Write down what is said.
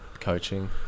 coaching